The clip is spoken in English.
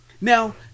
Now